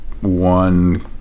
one